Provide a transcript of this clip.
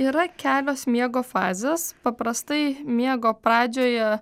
yra kelios miego fazės paprastai miego pradžioje